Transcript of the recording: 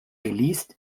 geleast